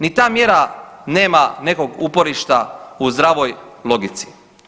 Ni ta mjera nema nekog uporišta u zdravoj logici.